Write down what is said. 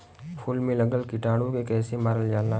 फूल में लगल कीटाणु के कैसे मारल जाला?